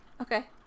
Okay